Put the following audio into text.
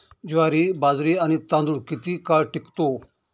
ज्वारी, बाजरी आणि तांदूळ किती काळ टिकतो?